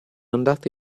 andata